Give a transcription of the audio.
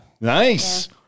Nice